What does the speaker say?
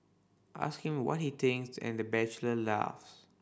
ask him what he thinks and the bachelor laughs